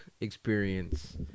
experience